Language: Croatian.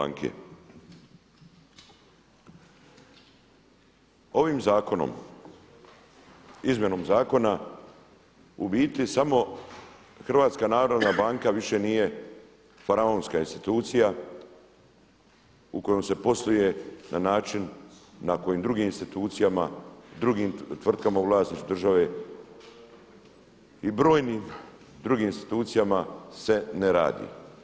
Ovim zakonom, izmjenom zakona u biti samo HNB više nije faraonska institucija u kojoj se posluje na način na koji drugim institucijama, drugim tvrtkama u vlasništvu države i brojnim drugim institucijama se ne radi.